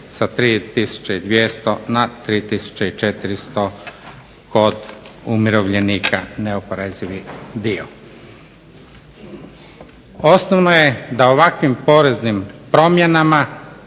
sa 3200 na 3400 kod umirovljenika neoporezivi dio. Osnovno je da ovakvim poreznim promjenama